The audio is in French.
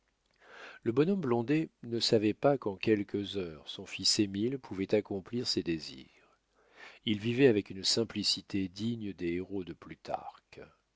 le bonhomme blondet ne savait pas qu'en quelques heures son fils émile pouvait accomplir ses désirs il vivait avec une simplicité digne des héros de plutarque